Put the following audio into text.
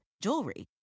jewelry